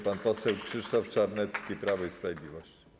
Pan poseł Krzysztof Czarnecki, Prawo i Sprawiedliwość.